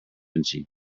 vinci